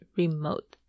remote